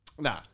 Nah